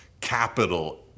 capital